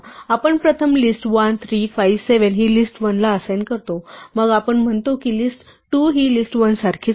आपण प्रथम लिस्ट 1 3 57 हि लिस्ट 1 ला असाइन करतो मग आपण म्हणतो की list 2 हि लिस्ट 1 सारखीच आहे